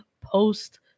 post